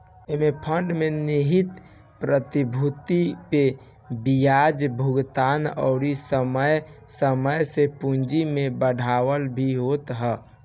एमे फंड में निहित प्रतिभूति पे बियाज भुगतान अउरी समय समय से पूंजी में बढ़ावा भी होत ह